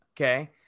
okay